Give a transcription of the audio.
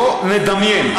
בוא נדמיין,